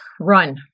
run